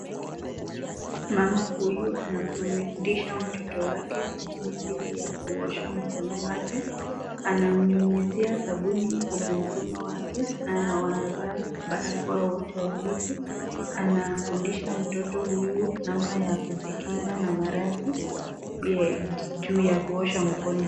Mama huyu anafundisha mtoto wake jinsi ya kuosha mikono. Ananyunyizia sabuni mkono wake na wemevaa barakoa wote wawili na anafundisha mtoto huyu namna ya kijikinga na maradhi.